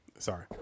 Sorry